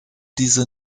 diese